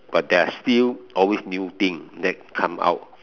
but there are still always new thing that come out